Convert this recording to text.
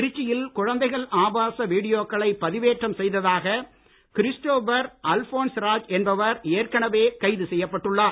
திருச்சி யில் குழந்தைகள் ஆபாச வீடியோக்களை பதிவேற்றம் செய்ததாக கிறிஸ்டோபர் அல்ஃபோன் ராஜ் என்பவர் ஏற்கனவே கைது செய்யப்பட்டுள்ளார்